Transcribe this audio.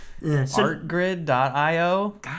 Artgrid.io